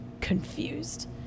confused